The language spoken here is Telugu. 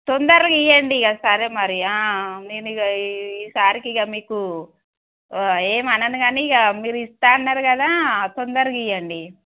తొందరగా ఇవ్వండి ఇక సరే మరి నేను ఈసారికి ఇక మీకు ఏమి అనను కానీ ఇక మీరు ఇస్తా అన్నారు కదా తొందరగా ఇవ్వండి